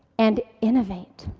and innovate?